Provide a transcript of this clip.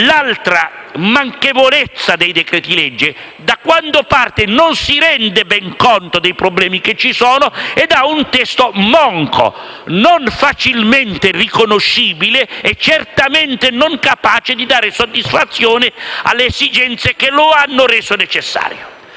l'altra manchevolezza dei decreti-legge: quando vengono emanati non ci si rende ben conto dei problemi, per cui appaiono come testi monchi, non facilmente riconoscibili e certamente non capaci di dare soddisfazione alle esigenze che li hanno resi necessari.